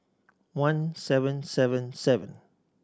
one seven seven seven